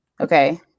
Okay